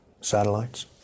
satellites